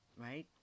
right